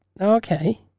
Okay